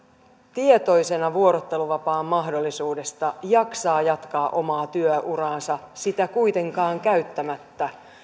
tietoisena vuorotteluvapaan mahdollisuudesta jaksaa jatkaa omaa työuraansa sitä kuitenkaan käyttämättä